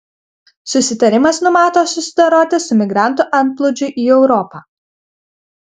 susitarimas numato susidoroti su migrantų antplūdžiu į europą